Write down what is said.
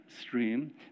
stream